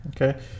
Okay